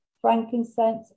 frankincense